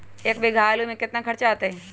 एक बीघा आलू में केतना खर्चा अतै?